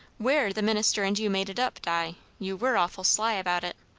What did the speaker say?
where the minister and you made it up, di. you were awful sly about it!